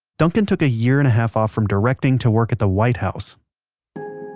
duncan took a year and a half off from directing to work at the white house